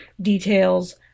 details